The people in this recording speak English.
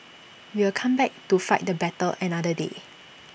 we will come back to fight the battle another day